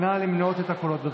נא למנות את הקולות, בבקשה.